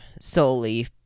solely